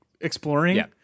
exploring